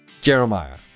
Jeremiah